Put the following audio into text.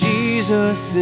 Jesus